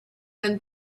than